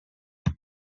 war